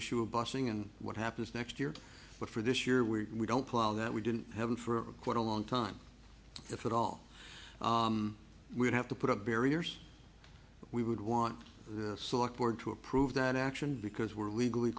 issue of bussing and what happens next year but for this year we don't plow that we didn't have it for quite a long time if at all we'd have to put up barriers we would want the select board to approve that action because we're legally